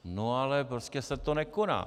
No ale prostě se to nekoná.